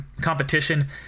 competition